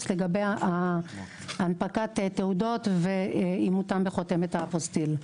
לגבי הנפקת תעודות ואימותם בחותמת אפוסטיל.